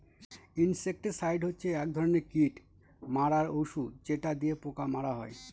insecticide হচ্ছে এক ধরনের কীট মারার ঔষধ যেটা দিয়ে পোকা মারা হয়